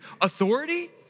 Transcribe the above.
authority